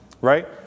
right